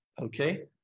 Okay